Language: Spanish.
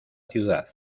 ciudad